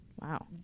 wow